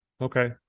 okay